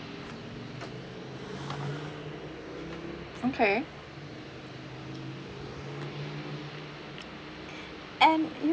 okay and you